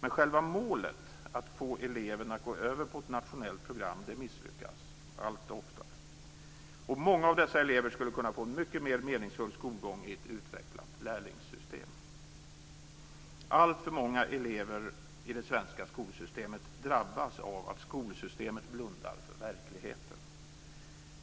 Men själva målet att få eleven att gå över på ett nationellt program misslyckas allt oftare. Många av dessa elever skulle få en mycket mer meningsfull skolgång i ett utvecklat lärlingssystem. Alltför många elever i det svenska skolsystemet drabbas av att det blundar för verkligheten.